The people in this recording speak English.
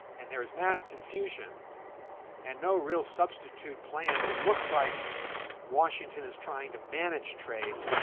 and there is mass confusion and no real substitute plan, but it looks like washington is trying to manage trade.